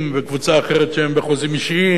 וקבוצה אחרת שהם בחוזים אישיים,